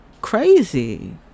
crazy